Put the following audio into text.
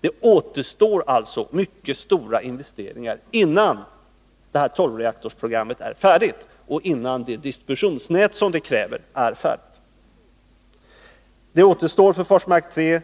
Det återstår alltså mycket stora investeringar innan detta tolvreaktorsprogram är färdigt och innan det distributionsnät som det kräver är färdigt. Det återstår för Forsmark 3